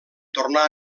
tornar